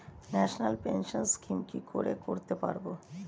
National pension scheme কি করে করতে পারব?